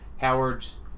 Howard's